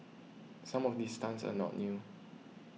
some of these stunts are not new